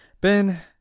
Ben